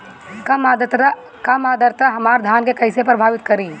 कम आद्रता हमार धान के कइसे प्रभावित करी?